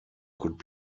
could